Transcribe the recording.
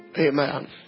Amen